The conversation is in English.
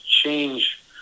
change